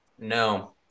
No